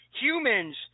Humans